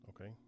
Okay